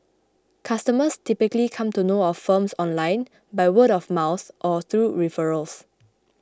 customers typically come to know of the firms online by word of mouth or through referrals